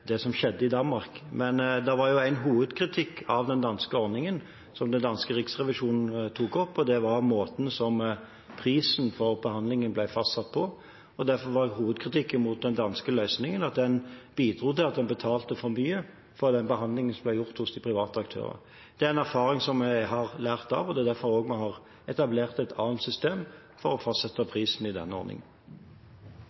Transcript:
hva som skjedde i Danmark, ikke nødvendigvis er det som skjedde i Danmark. En hovedkritikk av den danske ordningen som den danske riksrevisjonen tok opp, var måten prisen for behandlingen ble fastsatt på. Hovedkritikken mot den danske løsningen var at den bidro til at en betalte for mye for den behandlingen som ble gjort hos de private aktørene. Det er en erfaring som jeg har lært av, og det er også derfor vi har etablert et annet system for å fastsette prisen i denne ordningen.